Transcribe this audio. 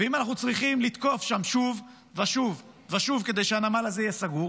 ואם אנחנו צריכים לתקוף שם שוב ושוב ושוב כדי שהנמל הזה יהיה סגור,